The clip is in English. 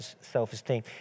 self-esteem